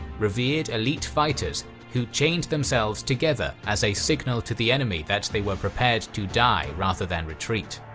revered elite fighters who chained themselves together as a signal to the enemy that they were prepared to die rather than retreat.